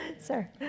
Sir